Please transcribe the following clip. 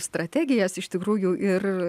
strategijas iš tikrųjų ir